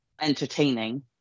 entertaining